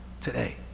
today